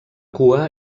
cua